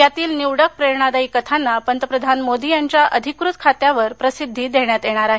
यातील निवडक प्रेरणादायी कथांना पंतप्रधान मोदी यांच्या अधिकृत खात्यावर प्रसिद्धी देण्यात येणार आहे